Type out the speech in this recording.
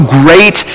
great